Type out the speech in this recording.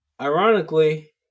Ironically